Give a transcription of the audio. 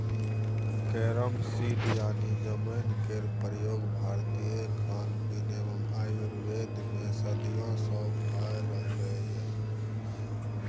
carrom seed यानी जमैन केर प्रयोग भारतीय खानपीन एवं आयुर्वेद मे सदियों सँ भ रहलैए